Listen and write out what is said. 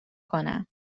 کنم